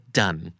done